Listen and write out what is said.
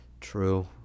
True